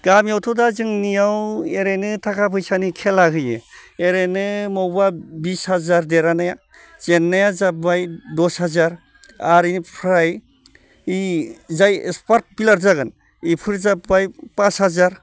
गामियावथ' दा जोंनियाव एरैनो थाखा फैसानि खेला होयो एरैनो मबावबा बिस हाजार देरहानाया जेननाया जाबाय दस हाजार आर इनिफ्राय इ जाय एक्सपार्ट प्लेयार जागोन इफोर जाबाय पास हाजार